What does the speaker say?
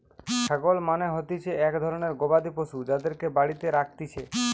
ছাগল মানে হতিছে এক ধরণের গবাদি পশু যাদেরকে বাড়িতে রাখতিছে